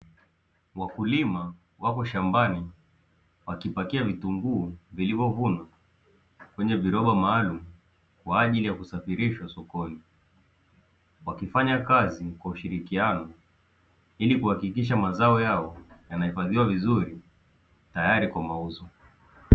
Wakulima wapo shambani wakipakia vitunguu vilivyovunwa kwenye viroba maalumu kwa ajili ya kusafirishwa sokoni, wakifanya kazi kwa ushirikiano ili kuhakikisha mazao yao yanahifadhiwa vizuri tayari kwa mauzo.